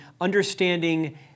understanding